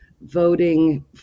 voting